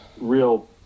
real